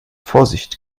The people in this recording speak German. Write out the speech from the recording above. vorsicht